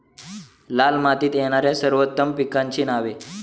लाल मातीत येणाऱ्या सर्वोत्तम पिकांची नावे?